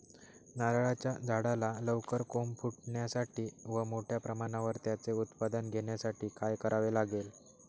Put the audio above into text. नारळाच्या झाडाला लवकर कोंब फुटण्यासाठी व मोठ्या प्रमाणावर त्याचे उत्पादन घेण्यासाठी काय करावे लागेल?